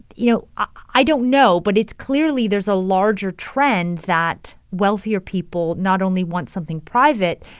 you know, i don't know, but it's clearly, there's a larger trend that wealthier people not only want something private,